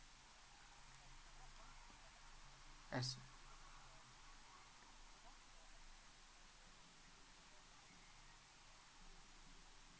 as